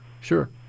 Sure